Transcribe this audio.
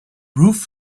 roof